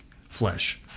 flesh